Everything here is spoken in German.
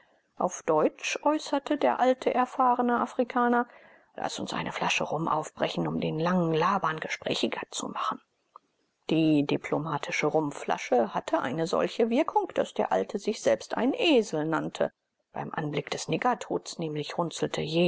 auf deutsch äußerte der alte erfahrene afrikaner laßt uns eine flasche rum aufbrechen um den langen laban gesprächiger zu machen die diplomatische rumflasche hatte eine solche wirkung daß der alte sich selbst einen esel nannte beim anblick des niggertods nämlich runzelte